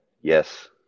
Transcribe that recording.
Yes